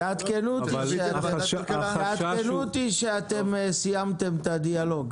תעדכנו אותי כשאתם סיימתם את הדיאלוג.